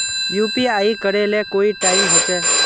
UPI करे ले कोई टाइम होचे?